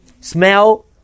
Smell